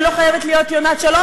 היא לא חייבת להיות יונת שלום,